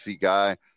guy